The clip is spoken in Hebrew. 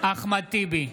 אחמד טיבי,